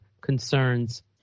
concerns